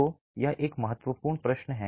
तो यह एक महत्वपूर्ण प्रश्न है